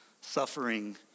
suffering